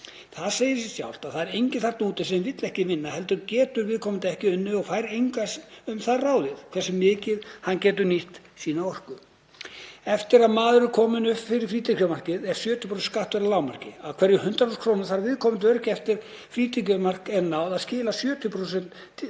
Það segir sig sjálft að það er enginn þarna úti sem vill ekki vinna heldur getur viðkomandi ekki unnið og fær engu um það ráðið hversu mikið hann getur nýtt sína orku. Eftir að maður er kominn upp fyrir frítekjumarkið er 70% skattur að lágmarki, af hverjum 100.000 kr. þarf viðkomandi öryrki, eftir að frítekjumarki er náð, að skila 70.000 kr.